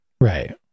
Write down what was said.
Right